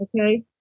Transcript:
okay